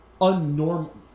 Unnormal